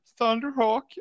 Thunderhawk